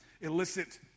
illicit